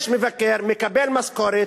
יש מבקר, מקבל משכורת,